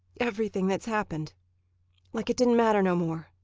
everything that's happened like it didn't matter no more.